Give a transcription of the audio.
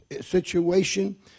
situation